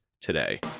today